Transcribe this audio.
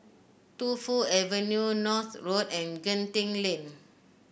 Tu Fu Avenue North Road and Genting Lane